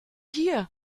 hier